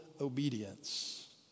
obedience